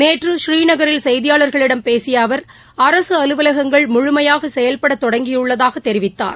நேற்று ஸ்ரீநகரில் செய்தியாளர்களிடம் பேசிய அவர் அரசு அலுவலகங்கள் முழுமையாக செயல்பட தொடங்கியுள்ளதாக தெரிவித்தார்